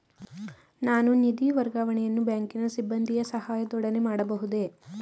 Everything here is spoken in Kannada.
ನಾನು ನಿಧಿ ವರ್ಗಾವಣೆಯನ್ನು ಬ್ಯಾಂಕಿನ ಸಿಬ್ಬಂದಿಯ ಸಹಾಯದೊಡನೆ ಮಾಡಬಹುದೇ?